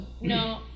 no